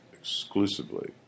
Exclusively